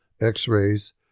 x-rays